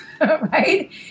Right